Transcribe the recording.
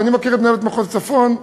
ואני מכיר את מנהלת מחוז הצפון,